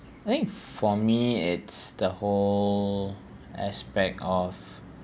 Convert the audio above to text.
I think for me it's the whole aspect of